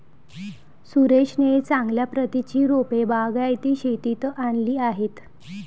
सुरेशने चांगल्या प्रतीची रोपे बागायती शेतीत आणली आहेत